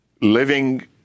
living